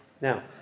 Now